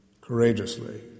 courageously